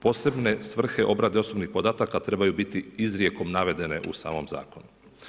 Posebne svrhe obrade osobnih podataka trebaju biti izrijekom navedene u samom zakonu.